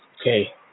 Okay